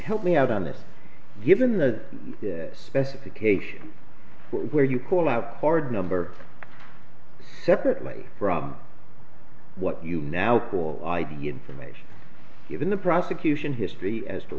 help me out on this given the specifications where you pull out card number separately from what you now cool idea information given the prosecution history as to